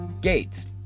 Gates